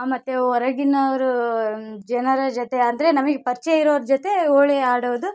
ಆ ಮತ್ತು ಹೊರಗಿನವ್ರು ಜನರ ಜೊತೆ ಅಂದರೆ ನಮಗೆ ಪರ್ಚಯ ಇರೋವ್ರ ಜೊತೆ ಹೋಳಿ ಆಡೋದು